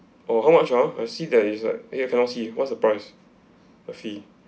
oh how much of ah I see that it's like here cannot see what's the price a fee